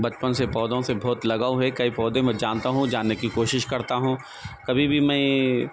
بچپن سے پودوں سے بہت لگاؤ ہے کئی پودے میں جانتا ہوں جاننے کی کوشش کرتا ہوں کبھی بھی میں